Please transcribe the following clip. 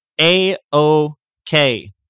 A-O-K